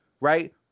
right